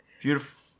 beautiful